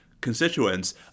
constituents